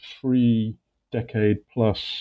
three-decade-plus